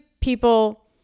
people